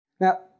Now